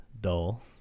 dull